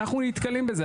ואנחנו נתקלים בזה.